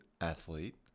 athlete